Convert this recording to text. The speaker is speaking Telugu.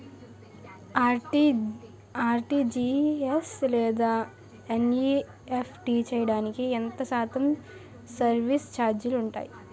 ఆర్.టి.జి.ఎస్ లేదా ఎన్.ఈ.ఎఫ్.టి చేయడానికి ఎంత శాతం సర్విస్ ఛార్జీలు ఉంటాయి?